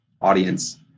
audience